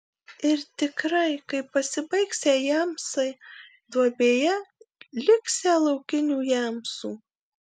ir tikrai kai pasibaigsią jamsai duobėje liksią laukinių jamsų